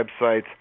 websites